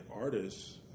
artists